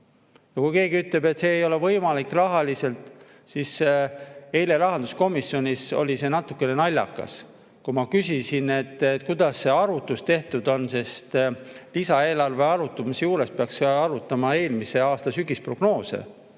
Kui keegi ütleb, et see ei ole rahaliselt võimalik, siis eile rahanduskomisjonis oli natuke naljakas, kui ma küsisin, kuidas see arvutus tehtud on. Kui lisaeelarve arvutamise juures peaks arvestama eelmise aasta sügisprognoosi,